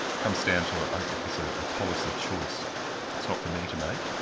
comes down to, i guess, a policy choice that's not for me to make,